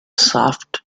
soft